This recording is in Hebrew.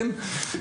כן,